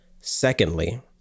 Secondly